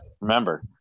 Remember